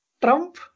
Trump